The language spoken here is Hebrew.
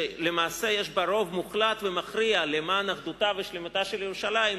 שלמעשה יש בה רוב מוחלט ומכריע למען אחדותה ושלמותה של ירושלים,